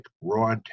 raw